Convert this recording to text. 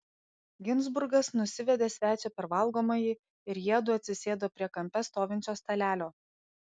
ginzburgas nusivedė svečią per valgomąjį ir jiedu atsisėdo prie kampe stovinčio stalelio